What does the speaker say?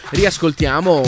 riascoltiamo